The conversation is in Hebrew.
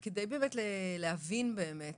תגידי, כדי להבין באמת